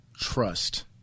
trust